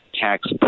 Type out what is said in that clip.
tax